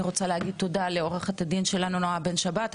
אני רוצה להגיד תודה לעורכת הדין שלנו נעה בן שבת.